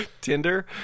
Tinder